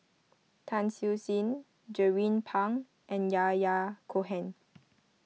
Tan Siew Sin Jernnine Pang and Yahya Cohen